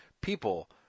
people